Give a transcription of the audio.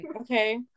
Okay